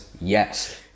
Yes